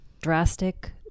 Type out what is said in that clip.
drastic